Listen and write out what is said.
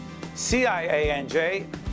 CIANJ